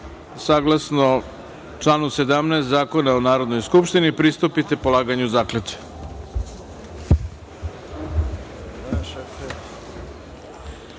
saglasno članu 17. Zakona o Narodnoj skupštini, pristupite polaganju